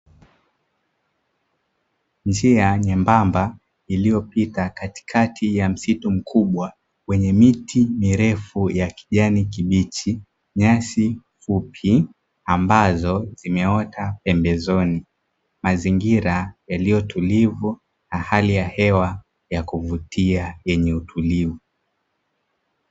Njia nyembamba iliopita katikati ya msitu mkubwa, wenye miti mirefu ya kijani kibichi, nyasi fupi ambazo zimeota pembezoni, mazingira yaliyo tulivu na hali ya hewa ya kuvutia yenye utulivu.